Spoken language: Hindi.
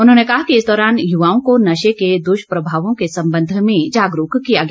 उन्होंने कहा कि इस दौरान युवाओं को नशे के दुष्प्रभावों के संबंध में जागरूक किया गया